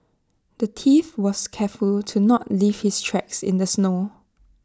the thief was careful to not leave his tracks in the snow